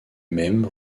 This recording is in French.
même